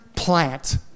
plant